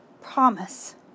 promise